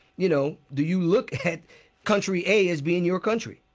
you know, do you look at country a as being your country?